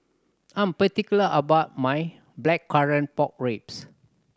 I'm particular about my Blackcurrant Pork Ribs